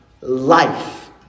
life